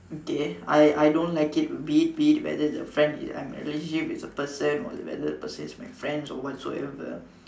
okay I I don't like it be it be it whether the friend I'm in a relationship with the person or whether the person is my friends or whatsoever